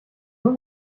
nun